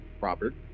Robert